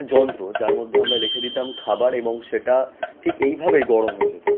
যন্ত্র যার মধ্যে আমরা রেখে দিতাম খাবার এবং সেটা ঠিক এইভাবেই গরম হয়ে যেতো